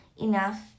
enough